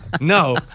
No